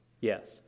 Yes